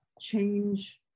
change